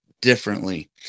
differently